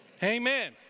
Amen